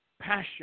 passion